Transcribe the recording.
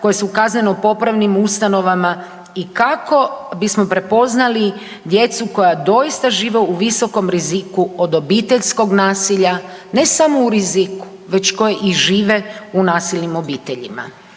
koja su u kazneno popravnim ustanovama i kako bismo prepoznali djecu koja doista žive u visokom riziku od obiteljskog nasilja. Ne samo u riziku, već koje i žive u nasilnim obiteljima.